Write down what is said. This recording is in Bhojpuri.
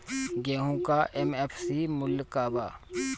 गेहू का एम.एफ.सी मूल्य का बा?